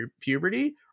puberty